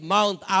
Mount